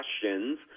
questions